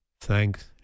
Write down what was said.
thanks